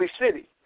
city